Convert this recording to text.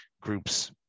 groups